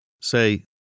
Say